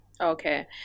okay